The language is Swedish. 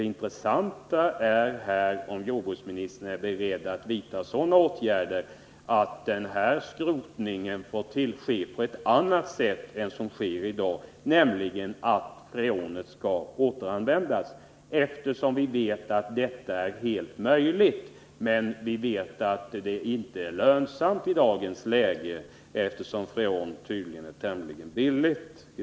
Det intressanta är om jordbruksministern är beredd att vidta sådana åtgärder att skrotningen kommer att ske på ett annat sätt än vad som sker i dag, nämligen med återanvändning av freonet. Vi vet att detta är helt möjligt. Däremot är det i dagens läge inte lönsamt, eftersom freon tydligen är tämligen billigt.